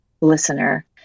listener